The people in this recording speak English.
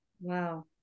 Wow